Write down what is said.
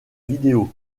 vidéo